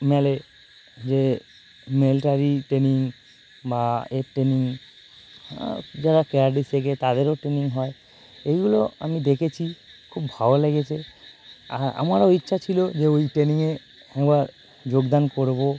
মলে যে military training বা এর ট্রেনিং যারা কারাটে শেখে তাদেরও ট্রেনিং হয় এইগুলো আমি দেখেছি খুব ভালো লেগেছে আহা আমারও ইচ্ছা ছিলো যে ওই ট্রেনিংয়ে একবার যোগদান করবো